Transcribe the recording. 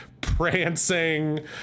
prancing